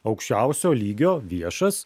aukščiausio lygio viešas